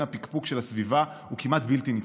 הפקפוק של הסביבה הוא כמעט בלתי נתפס.